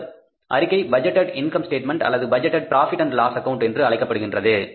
அந்த அறிக்கை budgeted income statement அல்லது budgeted profit and loss account என்று அழைக்கப்படுகின்றது